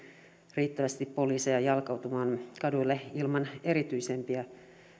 riittävästi poliiseja ilman erityisempiä